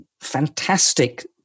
fantastic